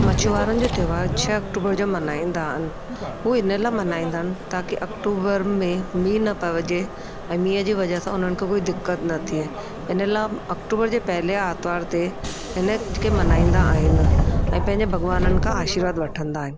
मछुआरनि जो त्यौहार छ्ह अक्टूबर जो मल्हाईंदा आहिनि हू इन लाइ मल्हाईंदा आहिनि ताकि अक्टूबर में मींहुं न पइजे ऐं मींहं जी वजह सां उन्हनि खे कोई दिक़त न थिए इन लाइ अक्टूबर जे पहले आर्तवार ते हिन खे मल्हाईंदा आहिनि ऐं पंहिंजे भॻवाननि खां आशीर्वाद वठंदा आहिनि